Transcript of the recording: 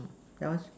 yours